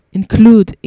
include